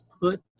put